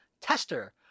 tester